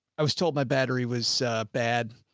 i was told my battery was bad.